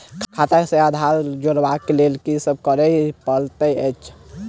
खाता केँ आधार सँ जोड़ेबाक लेल की सब करै पड़तै अछि?